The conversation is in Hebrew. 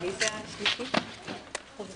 ברוב קולות הצו אושר.